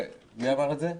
מי אמר את זה?